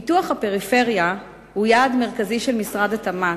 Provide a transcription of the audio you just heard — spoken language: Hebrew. פיתוח הפריפריה הוא יעד מרכזי של משרד התמ"ת.